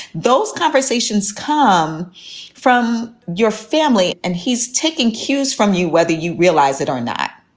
those conversations come from your family and he's taking cues from you, whether you realize it or not.